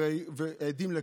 עדים לכך,